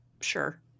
sure